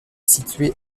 situé